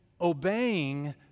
obeying